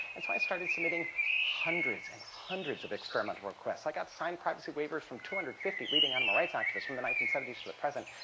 and so i started submitting hundreds and hundreds of experimental requests. i got signed privacy waivers from two hundred and fifty leading animal rights activists from the nineteen seventy s to the present,